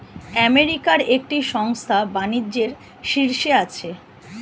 আমেরিকার একটি সংস্থা বাণিজ্যের শীর্ষে আছে